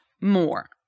more